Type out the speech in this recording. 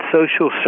Social